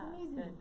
amazing